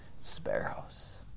sparrows